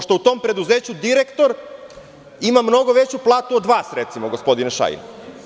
U tom preduzeću direktor ima mnogo veću platu od vas, recimo, gospodine Šajn.